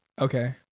Okay